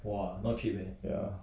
ya